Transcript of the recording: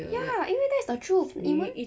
ya 因为 that's the truth 你们